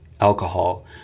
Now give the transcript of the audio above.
alcohol